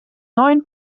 neuen